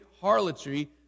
harlotry